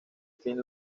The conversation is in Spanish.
film